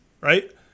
right